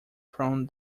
from